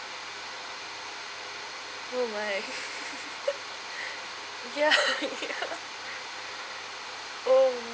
oh ya ya oh